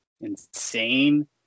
insane